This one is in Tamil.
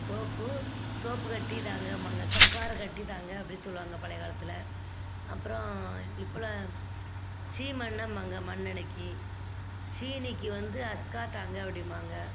சோப்பு சோப்புக்கட்டி தாங்கம்பாங்க சம்காரக்கட்டி தாங்க அப்படினு சொல்லுவாங்க பழைய காலத்தில் அப்புறம் இப்பெலாம் சீமை எண்ணெய்ம்பாங்க மண்ணெண்ணெய்க்கு சீனிக்கு வந்து அஸ்கா தாங்க அப்படிம்பாங்க